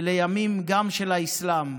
ולימים, גם של האסלאם.